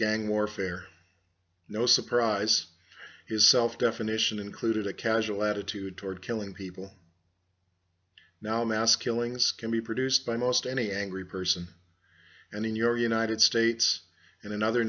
gang warfare no surprise his self definition included a casual attitude toward killing people now mass killings can be produced by most any angry person and in your united states and in other